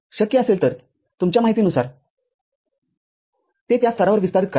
शक्य असेल तर तुमच्या माहितीनुसार ते त्या स्तरावर विस्तारित करा